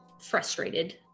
frustrated